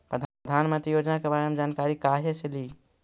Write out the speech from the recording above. प्रधानमंत्री योजना के बारे मे जानकारी काहे से ली?